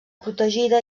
protegida